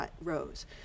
rose